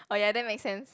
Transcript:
oh ya that make sense